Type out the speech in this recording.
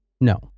No